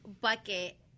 bucket